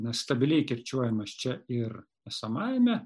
na stabiliai kirčiuojamas čia ir esamajame